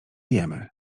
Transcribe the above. jemy